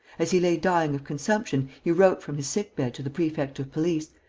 as he lay dying of consumption, he wrote from his sick-bed to the prefect of police,